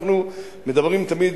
אנחנו מדברים תמיד